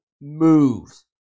moves